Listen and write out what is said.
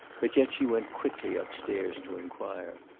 but yet she went quickly upstairs to inquire.